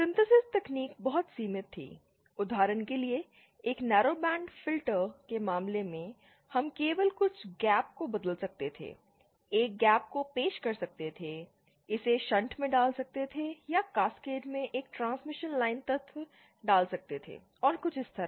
synthesis तकनीक बहुत सीमित थी उदाहरण के लिए एक नैरोबैंड फिल्टर मामले में हम केवल कुछ गैप को बदल सकते थे एक गैप को पेश कर सकते थे इसे शंट में डाल सकते थे या कैस्केड में एक ट्रांसमिशन लाइन तत्व डाल सकते थे और कुछ इस तरह